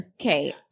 Okay